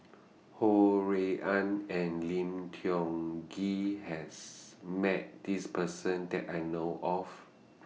Ho Rui An and Lim Tiong Ghee has Met This Person that I know of